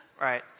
Right